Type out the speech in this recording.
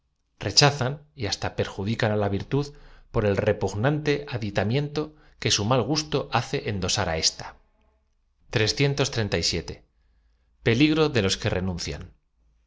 rechazan y hasta perjudican á la virtud por el repugnante adi tamento que su m al gusto hace endosar á ésta el de los que renuncian